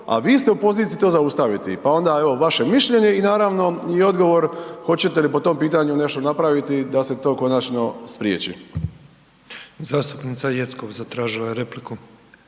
a vi ste u poziciji to zaustaviti. Pa onda, evo vaše mišljenje i naravno i odgovor hoćete li po tom pitanju nešto napraviti da se to konačno spriječi? **Petrov, Božo (MOST)** Zastupnica Jeckov zatražila je repliku.